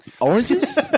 oranges